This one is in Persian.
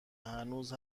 هنوز